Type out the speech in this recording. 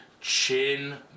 chin